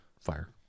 fire